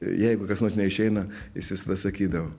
jeigu kas nors neišeina jis visada sakydavo